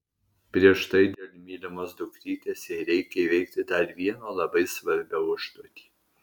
prieš tai dėl mylimos dukrytės jai reikia įveikti dar vieną labai svarbią užduotį